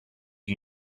you